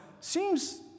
seems